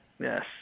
Yes